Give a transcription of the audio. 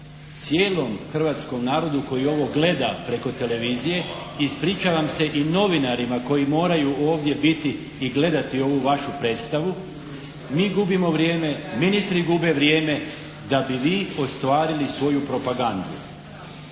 cijelom hrvatskom narodu koji ovo gleda preko televizije, ispričavam se i novinarima koji moraju ovdje biti i gledati ovu vašu predstavu. Mi gubimo vrijeme, ministri gube vrijeme da bi vi ostvarili svoju propagandu.